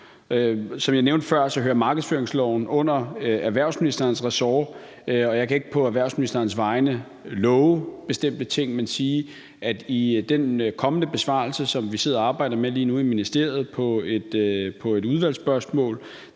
Som jeg nævnte før, hører markedsføringsloven under erhvervsministerens ressort, og jeg kan ikke på erhvervsministerens vegne love bestemte ting, men sige, at i den kommende besvarelse på et udvalgsspørgsmål, som vi sidder og arbejder med lige nu i ministeriet, vil der også